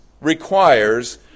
requires